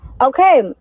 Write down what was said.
Okay